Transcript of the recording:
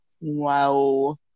Wow